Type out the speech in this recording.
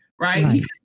right